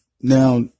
now